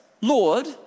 Lord